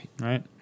Right